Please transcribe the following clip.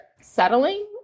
settling